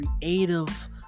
creative